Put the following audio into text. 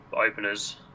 openers